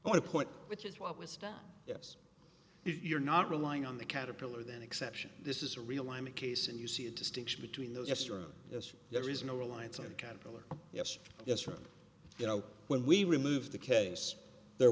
or a point which is what was done yes if you're not relying on the caterpillar then exception this is a realignment case and you see a distinction between those restaurant as there is no reliance on capital or yes yes from you know when we remove the case there